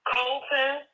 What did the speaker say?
Colton